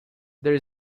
there